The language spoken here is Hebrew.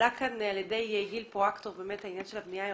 עלה כאן על ידי גיל פרואקטור העניין של הבנייה הירוקה,